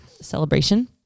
celebration